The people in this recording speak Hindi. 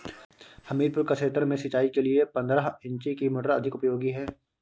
हमीरपुर क्षेत्र में सिंचाई के लिए पंद्रह इंची की मोटर अधिक उपयोगी है?